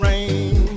Rain